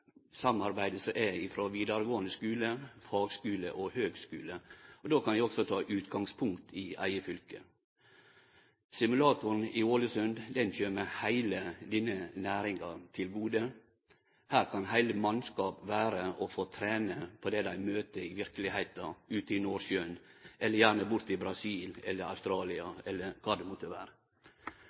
samarbeidet med vidaregåande skule, fagskule og høgskule. Då kan eg også ta utgangspunkt i mitt eige fylke. Simulatoren i Ålesund kjem heile denne næringa til gode. Her kan heile mannskap vere og få trene på det dei møter i verkelegheita – ute i Nordsjøen, eller gjerne borte i Brasil eller Australia eller kvar det